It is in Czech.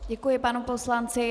Děkuji panu poslanci.